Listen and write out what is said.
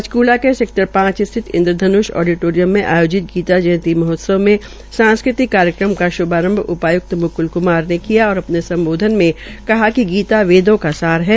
पंचकूला के सैक्टर पांच स्थित इंद्रधन्ष ओडीटोरियम में आयोजित गीता जयंती महोत्सव में सांस्कृतिक कार्यक्रम का श्भारंभ उपाय्क्त म्क्ल क्मार ने किया और अपने सम्बोधन मे कहा कि गीता वेदों का सार है